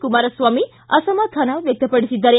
ಕುಮಾರಸ್ವಾಮಿ ಅಸಮಾಧಾನ ವ್ಯಕ್ತಪಡಿಸಿದ್ದಾರೆ